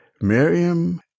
Miriam